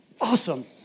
awesome